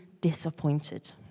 disappointed